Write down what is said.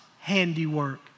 handiwork